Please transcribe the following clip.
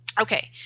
Okay